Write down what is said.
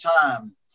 time